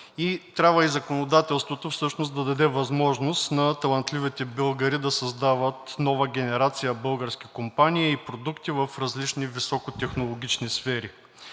трябва и законодателството да даде възможност на талантливите българи да създават нова генерация български компании и продукти в различни високотехнологични сфери.